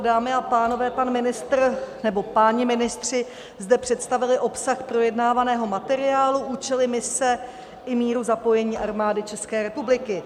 Dámy a pánové, páni ministři zde představili obsah projednávaného materiálu, účely mise i míru zapojení Armády České republiky.